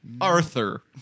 Arthur